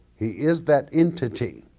he is that entity